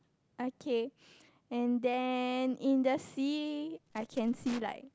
okay and then in the sea I can see like